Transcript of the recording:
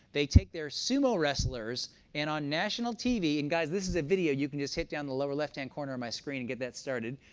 they take their sumo wrestlers and on national tv and guys this is a video. you can just hit down in the lower left hand corner of my screen and get that started.